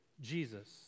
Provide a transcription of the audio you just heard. Jesus